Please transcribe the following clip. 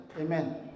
amen